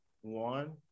one